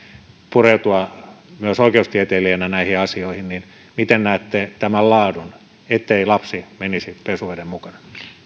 pureutua myös oikeustieteilijänä näihin asioihin miten näette tämän laadun ettei lapsi menisi pesuveden mukana